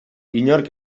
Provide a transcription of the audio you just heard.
inork